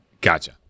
Gotcha